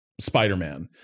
Spider-Man